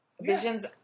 Visions